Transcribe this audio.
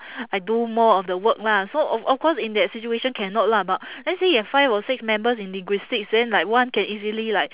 I do more of the work lah so of of course in that situation cannot lah but let's say you have five or six members in linguistics then like one can easily like